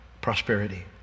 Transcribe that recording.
prosperity